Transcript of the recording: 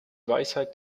weisheit